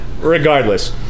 regardless